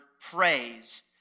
praise